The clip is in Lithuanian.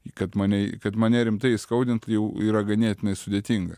į kad mane į kad mane rimtai įskaudint jau yra ganėtinai sudėtinga